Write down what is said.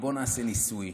נעשה ניסוי